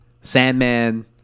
Sandman